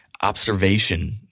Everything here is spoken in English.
observation